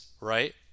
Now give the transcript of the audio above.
right